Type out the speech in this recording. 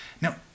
Now